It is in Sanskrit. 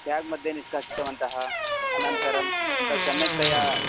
केब्मध्ये निष्कासितवन्तः अनन्तरं तत् सम्यक्तया